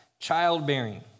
Childbearing